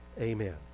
Amen